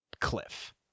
cliff